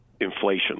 inflation